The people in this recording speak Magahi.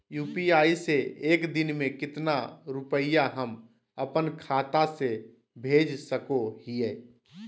यू.पी.आई से एक दिन में कितना रुपैया हम अपन खाता से भेज सको हियय?